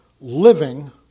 living